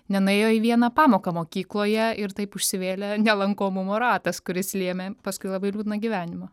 nenuėjo į vieną pamoką mokykloje ir taip užsivėlė nelankomumo ratas kuris lėmė paskui labai liūdną gyvenimą